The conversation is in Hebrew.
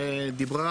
דיברה,